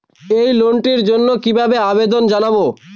এই লোনটির জন্য কিভাবে আবেদন জানাবো?